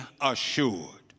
assured